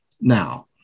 now